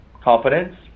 Confidence